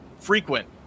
frequent